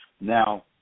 Now